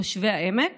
תושבי העמק